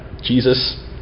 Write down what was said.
Jesus